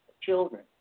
children